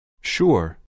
Sure